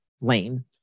lane